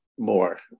more